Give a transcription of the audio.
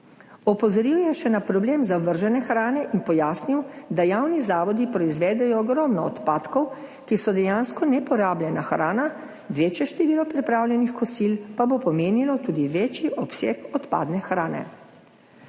Opozoril je še na problem zavržene hrane in pojasnil, da javni zavodi proizvedejo ogromno odpadkov, ki so dejansko neporabljena hrana, večje število pripravljenih kosil pa bo pomenilo tudi večji obseg odpadne hrane.